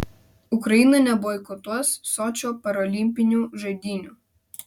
ukraina neboikotuos sočio parolimpinių žaidynių